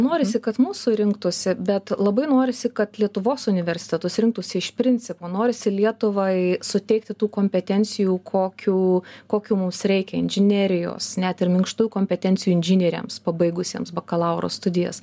norisi kad mūsų rinktųsi bet labai norisi kad lietuvos universitetus rinktųsi iš principo norisi lietuvai suteikti tų kompetencijų kokių kokių mums reikia inžinerijos net ir minkštų kompetencijų inžinieriams pabaigusiems bakalauro studijas